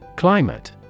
Climate